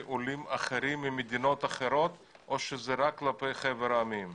עולים אחרים ממדינות אחרות או שזה רק כלפי חבר העמים,